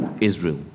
Israel